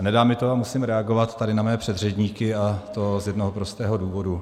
Nedá mi to a musím reagovat tady na své předřečníky, a to z jednoho prostého důvodu.